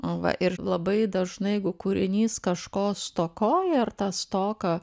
nu va ir labai dažnai jeigu kūrinys kažko stokoja ar tą to ką